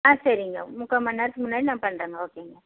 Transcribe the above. ஆ சரிங்க முக்கா மண் நேரத்துக்கு முன்னாடி நான் பண்ணுறங்க ஓகேங்க